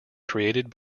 created